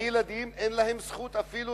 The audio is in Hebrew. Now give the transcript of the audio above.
הילדים, אין להם זכות אפילו